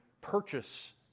purchase